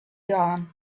dawn